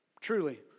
truly